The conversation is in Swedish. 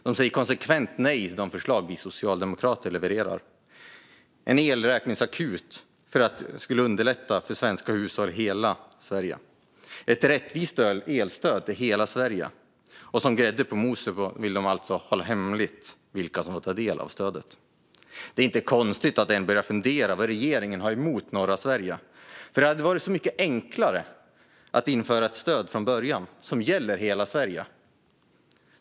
Man säger konsekvent nej till de förslag som vi socialdemokrater levererar. En elräkningsakut skulle underlätta för svenska hushåll i hela Sverige och innebära ett rättvist elstöd för hela Sverige. Som grädde på moset vill man alltså hålla hemligt vilka som får ta del av stödet. Det är inte konstigt att man börjar fundera på vad regeringen har emot norra Sverige. Det hade varit mycket enklare att från början införa ett stöd som gäller hela Sverige.